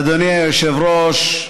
אדוני היושב-ראש,